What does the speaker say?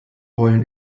heulen